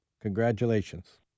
Congratulations